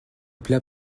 plat